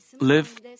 live